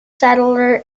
settler